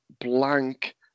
blank